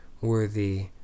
worthy